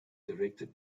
directed